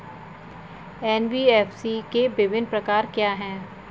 NBFC के विभिन्न प्रकार क्या हैं?